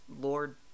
Lord